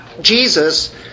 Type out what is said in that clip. Jesus